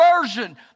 version